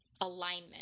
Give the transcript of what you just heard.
alignment